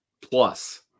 plus